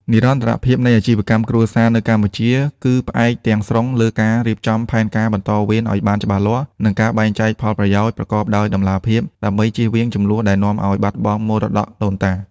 និរន្តរភាពនៃអាជីវកម្មគ្រួសារនៅកម្ពុជា គឺផ្អែកទាំងស្រុងលើការរៀបចំផែនការបន្តវេនឱ្យបានច្បាស់លាស់ និងការបែងចែកផលប្រយោជន៍ប្រកបដោយតម្លាភាព ដើម្បីចៀសវាងជម្លោះដែលនាំឱ្យបាត់បង់មរតកដូនតា។